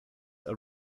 are